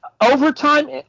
Overtime